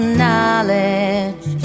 knowledge